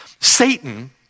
Satan